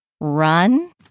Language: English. run